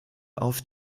auf